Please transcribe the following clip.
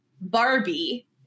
barbie